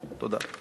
תודה.